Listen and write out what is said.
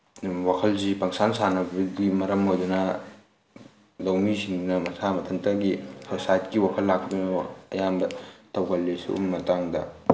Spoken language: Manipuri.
ꯋꯥꯈꯜꯁꯤ ꯄꯪꯁꯥꯟ ꯁꯥꯟꯅꯕꯒꯤ ꯃꯔꯝ ꯑꯣꯏꯗꯨꯅ ꯂꯧꯃꯤꯁꯤꯡꯅ ꯃꯁꯥ ꯃꯊꯟꯇꯒꯤ ꯁꯨꯏꯁꯥꯏꯠꯀꯤ ꯋꯥꯈꯜ ꯂꯥꯛꯇꯨꯅ ꯑꯌꯥꯝꯕ ꯇꯧꯒꯜꯂꯤ ꯁꯨꯒꯨꯝꯕ ꯃꯇꯥꯡꯗ